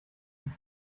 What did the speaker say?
die